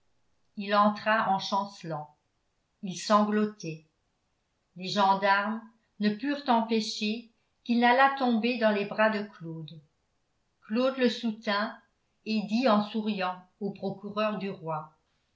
il entra en chancelant il sanglotait les gendarmes ne purent empêcher qu'il n'allât tomber dans les bras de claude claude le soutint et dit en souriant au procureur du roi